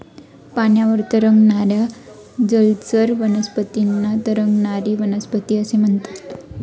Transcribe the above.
पाण्यावर तरंगणाऱ्या जलचर वनस्पतींना तरंगणारी वनस्पती असे म्हणतात